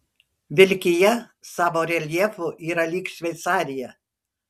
vilkija savo reljefu yra lyg šveicarija